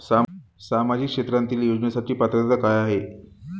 सामाजिक क्षेत्रांतील योजनेसाठी पात्रता काय आहे?